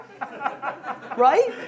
right